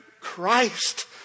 Christ